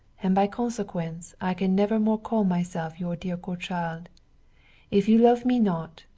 and by consequence i can never more call myself your dear godchild if you love me not,